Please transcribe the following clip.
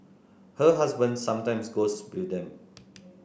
her husband sometimes goes with them